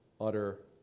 utter